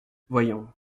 voyons